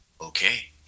Okay